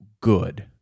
good